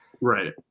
right